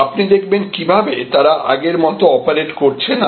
আপনি দেখবেন কিভাবে তারা আগের মত অপারেট করছে না